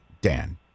Dan